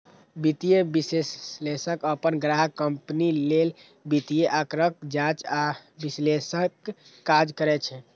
वित्तीय विश्लेषक अपन ग्राहक कंपनी लेल वित्तीय आंकड़ाक जांच आ विश्लेषणक काज करै छै